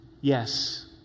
Yes